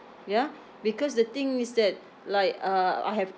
ya because the thing is that like uh I have